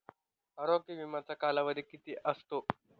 आरोग्य विम्याचा कालावधी किती असतो?